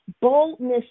Boldness